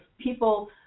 people